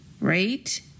right